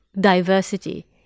diversity